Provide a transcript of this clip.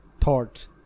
thoughts